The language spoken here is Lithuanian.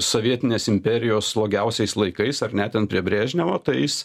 sovietinės imperijos slogiausiais laikais ar ne ten prie brežnevo tai jis